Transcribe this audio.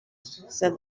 said